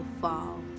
fall